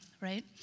right